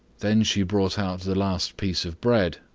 then she brought out the last piece of bread,